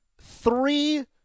Three